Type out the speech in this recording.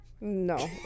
No